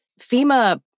FEMA